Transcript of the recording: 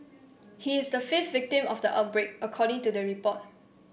he is the fifth victim of the outbreak according to the report